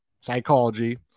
Psychology